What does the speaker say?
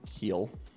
Heal